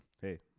Hey